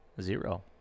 Zero